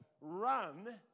run